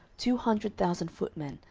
two hundred thousand footmen,